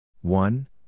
one